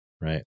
Right